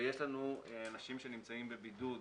ויש לנו אנשים שנמצאים בבידוד